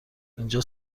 اینجا